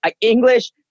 English